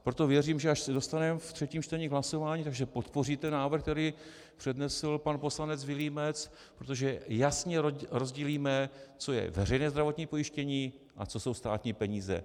Proto věřím, že až se dostaneme ve třetím čtení k hlasování, tak podpoříte návrh, který přednesl pan poslanec Vilímec, protože jasně rozdělíme, co je veřejné zdravotní pojištění a co jsou státní peníze.